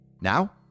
Now